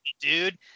dude